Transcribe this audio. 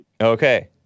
Okay